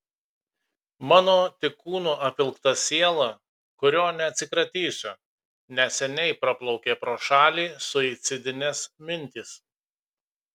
mano tik kūnu apvilkta siela kurio neatsikratysiu nes seniai praplaukė pro šalį suicidinės mintys